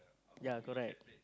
yea correct